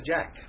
Jack